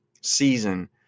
season